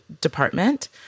department